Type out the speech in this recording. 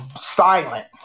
Silent